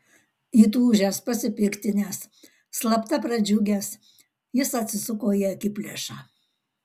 įtūžęs pasipiktinęs slapta pradžiugęs jis atsisuko į akiplėšą